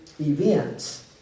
events